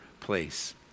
place